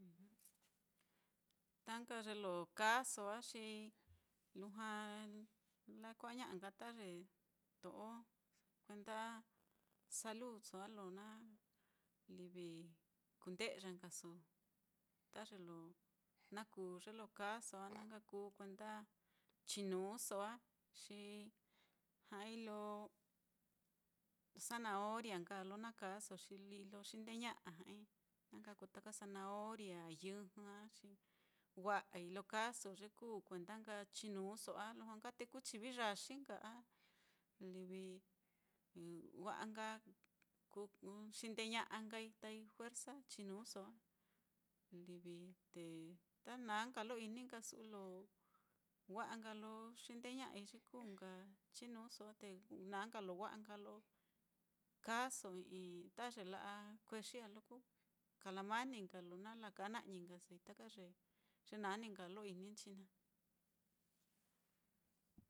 ta nka ye lo kaaso á, xi lujua lakua'a ña'a nka ta ye to'o kuenda saludso á lo livi kunde'ya nkaso ta ye lo na kuu ye lo kaaso á, na nka kuu kuenda chinuuso á, xi ja'ai lo zanahoria nka na kaaso, xi lí lo xindeña'a ja'ai, na nka kuu ta zanahoria, yɨjɨ á, xi wa'ai lo kaaso ye kuu kuenda nka chinuuso á, lujua nka te kú chivi yaxi nka a livi wa'a nka ku- xindeña'a nkai, tai juersa chinuuso á, livi te ta na nka lo ini nka su'u lo wa'a nka lo xindeña'a nkai ye kuu nka chinuuso á, te na nka lo wa'a nka lo kaaso i'i ta ye la'a kuexi á, lo kú kalamani nka, lo na laka na'i nkasoi taka ye, ye naá ní nka lo ini nchi naá.